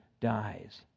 dies